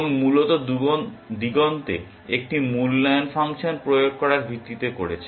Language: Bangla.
এবং মূলত দিগন্তে একটি মূল্যায়ন ফাংশন প্রয়োগ করার ভিত্তিতে করেছে